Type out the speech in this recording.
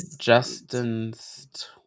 Justin's